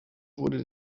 wurden